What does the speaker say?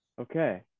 Okay